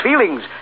feelings